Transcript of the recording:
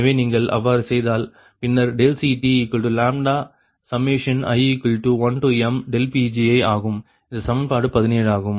எனவே நீங்கள் அவ்வாறு செய்தால் பின்னர் CTλi1m Pgi ஆகும் இது சமன்பாடு 17 ஆகும்